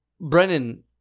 Brennan